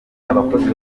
abakozi